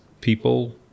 people